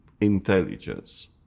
intelligence